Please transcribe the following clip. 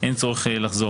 אין צורך לחזור.